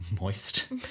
moist